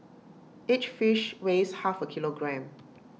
each fish weighs half A kilogram